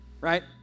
Right